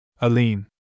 Aline